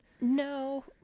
No